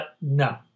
no